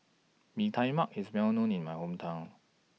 Mee Tai Mak IS Well known in My Hometown